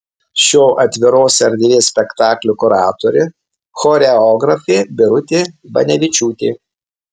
šio atviros erdvės spektaklio kuratorė choreografė birutė banevičiūtė